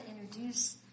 introduce